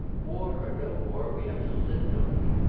war or no war, we have to live, don't we?